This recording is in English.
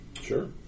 Sure